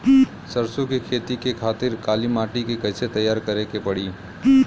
सरसो के खेती के खातिर काली माटी के कैसे तैयार करे के पड़ी?